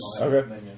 Okay